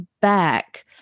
back